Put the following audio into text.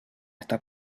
está